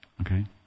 Okay